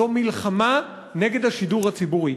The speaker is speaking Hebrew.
זו מלחמה נגד השידור הציבורי.